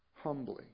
humbly